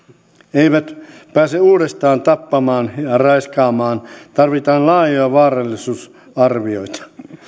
eivät pääse uudestaan tappamaan ja raiskaamaan tarvitaan laajoja vaarallisuusarvioita